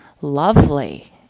lovely